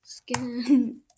Skin